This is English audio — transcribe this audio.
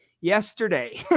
yesterday